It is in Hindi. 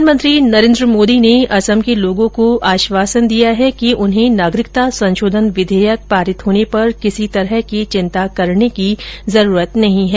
प्रधानमंत्री नरेन्द्र मोदी ने असम के लोगों को आश्वासन दिया है कि उन्हें नागरिकता संशोधन विघेयक पारित होने पर किसी तरह की चिंता करने की जरूरत नहीं है